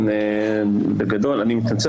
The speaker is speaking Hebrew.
אני מתנצל,